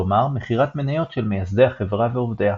כלומר מכירת מניות של מייסדי החברה ועובדיה.